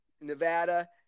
Nevada